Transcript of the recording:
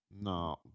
No